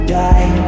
die